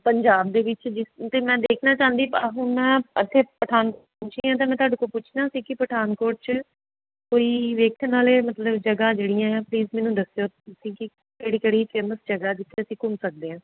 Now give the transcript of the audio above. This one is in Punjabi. ਪੰਜਾਬ ਦੇ ਵਿੱਚ ਜਿਸ ਅਤੇ ਮੈਂ ਦੇਖਣਾ ਚਾਹੁੰਦੀ ਹੁਣ ਮੈਂ ਇੱਥੇ ਪਠਾਨਕੋਟ ਪਹੁੰਚੀ ਹਾਂ ਅਤੇ ਤੁਹਾਡੇ ਕੋਲ ਪੁੱਛਣਾ ਸੀ ਕਿ ਪਠਾਨਕੋਟ 'ਚ ਕੋਈ ਵੇਖਣ ਵਾਲੇ ਮਤਲਬ ਜਗ੍ਹਾ ਜਿਹੜੀਆਂ ਪਲੀਜ਼ ਮੈਨੂੰ ਦੱਸਿਓ ਤੁਸੀਂ ਕਿ ਕਿਹੜੀ ਕਿਹੜੀ ਫੇਮਸ ਜਗ੍ਹਾ ਜਿੱਥੇ ਅਸੀਂ ਘੁੰਮ ਸਕਦੇ ਹਾਂ